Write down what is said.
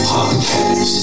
Podcast